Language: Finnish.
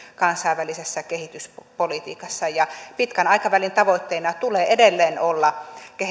kansainvälisessä kehityspolitiikassa ja pitkän aikavälin tavoitteena tulee edelleen olla